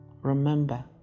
Remember